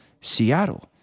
Seattle